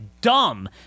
dumb